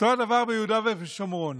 אותו דבר ביהודה ושומרון.